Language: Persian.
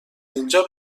اینجا